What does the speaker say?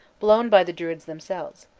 blown by the druids themselves.